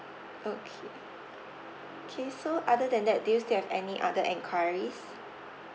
okay okay so other than that do you still have any other enquiries